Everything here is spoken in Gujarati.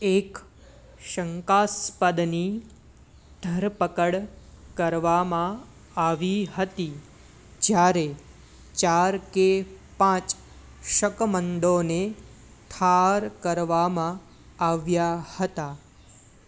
એક શંકાસ્પદની ધરપકડ કરવામાં આવી હતી જ્યારે ચાર કે પાંચ શકમંદોને ઠાર કરવામાં આવ્યા હતા